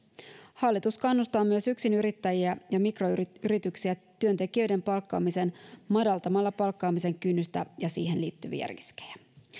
hallitus kannustaa myös yksinyrittäjiä ja mikroyrityksiä työntekijöiden palkkaamiseen madaltamalla palkkaamisen kynnystä ja siihen liittyviä riskejä